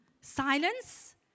Silence